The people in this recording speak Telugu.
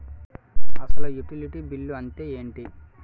అసలు యుటిలిటీ బిల్లు అంతే ఎంటి?